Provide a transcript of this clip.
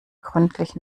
gründlich